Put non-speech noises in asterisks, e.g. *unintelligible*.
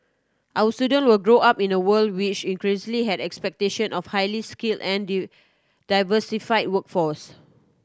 our students will grow up in a world which increasingly has expectation of highly skilled and *unintelligible* diversified workforce